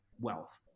wealth